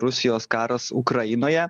rusijos karas ukrainoje